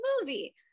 movie